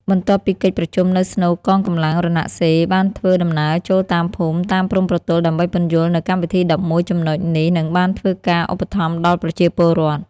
បន្ទាប់ពីកិច្ចប្រជុំនៅស្នូលកងកម្លាំងរណសិរ្យ បានធ្វើដំណើរចូលតាមភូមិ តាមព្រំប្រទល់ដើម្បីពន្យល់នូវកម្មវិធី ១១ ចំណុចនេះនិងបានធ្វើការឧបត្តម្ភដល់ប្រជាពលរដ្ឋ ។